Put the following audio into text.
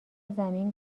زمین